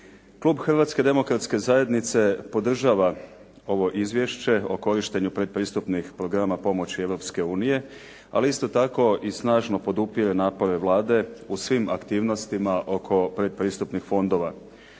Klub Hrvatske demokratske zajednice podržava ovo izvješće o korištenju predpristupnih programa pomoći Europske unije, ali isto tako i snažno podupire napore Vlade u svim aktivnostima oko predpristupnih fondova.